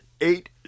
eight